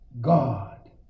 God